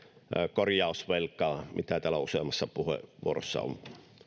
korjausvelkaa mitä täällä useammassa puheenvuorossa on